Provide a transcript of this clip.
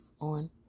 on